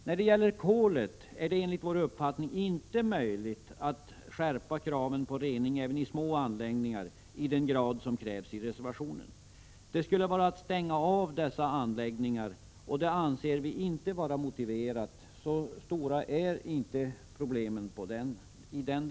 När det gäller kolet är det enligt vår uppfattning inte möjligt att skärpa kravet på rening även i små anläggningar i den grad som krävs i reservationen. Det skulle vara att stänga av dessa anläggningar, och det anser vi inte vara motiverat; så stora är inte problemen i den delen.